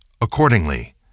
Accordingly